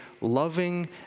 loving